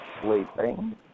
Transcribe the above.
sleeping